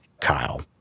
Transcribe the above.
Kyle